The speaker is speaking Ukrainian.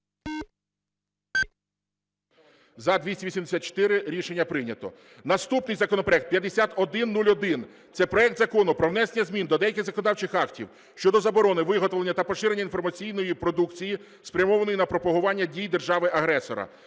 За-284 Рішення прийнято. Наступний законопроект 5101 – це проект Закону про внесення змін до деяких законодавчих актів (щодо заборони виготовлення та поширення інформаційної продукції, спрямованої на пропагування дій держави-агресора).